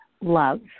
love